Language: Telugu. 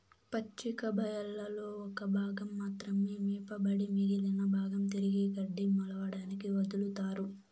పచ్చిక బయళ్లలో ఒక భాగం మాత్రమే మేపబడి మిగిలిన భాగం తిరిగి గడ్డి మొలవడానికి వదులుతారు